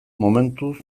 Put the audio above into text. momentuz